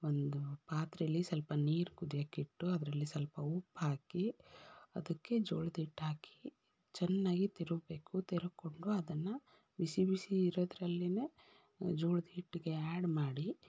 ಒಂದು ಪಾತ್ರೆಲಿ ಸ್ವಲ್ಪ ನೀರು ಕುದಿಯಕ್ಕೆ ಇಟ್ಟು ಅದರಲ್ಲಿ ಸ್ವಲ್ಪ ಉಪ್ಪು ಹಾಕಿ ಅದಕ್ಕೆ ಜೋಳದ ಹಿಟ್ಟು ಹಾಕಿ ಚೆನ್ನಾಗಿ ತಿರುವಬೇಕು ತಿರುವ್ಕೊಂಡು ಅದನ್ನು ಬಿಸಿ ಬಿಸಿ ಇರೋದ್ರಲ್ಲೇ ಜೋಳದ ಹಿಟ್ಟಿಗೆ ಆ್ಯಡ್ ಮಾಡಿ